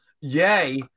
Yay